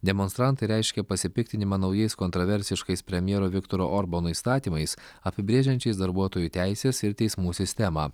demonstrantai reiškė pasipiktinimą naujais kontroversiškais premjero viktoro orbano įstatymais apibrėžiančiais darbuotojų teises ir teismų sistemą